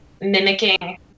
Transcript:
mimicking